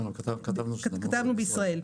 כתבנו שזה בישראל.